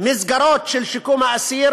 מסגרות לשיקום האסיר